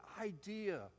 idea